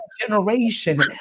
generation